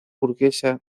burguesa